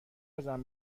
ازم